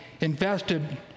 invested